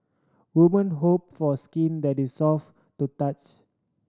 woman hope for skin that is soft to touch